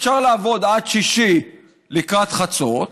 אפשר לעבוד עד שישי לקראת חצות,